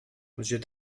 monsieur